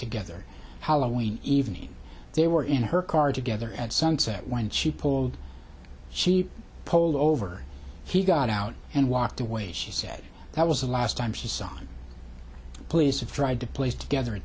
together halloween evening they were in her car together at sunset when she pulled she pulled over he got out and walked away she said that was the last time she saw police have tried to place together a